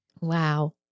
Wow